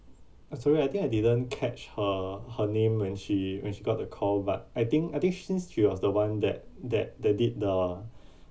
uh sorry I think I didn't catch her her name when she when she got the call but I think I think since she was the one that that that did the